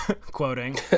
quoting